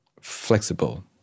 flexible